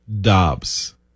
Dobbs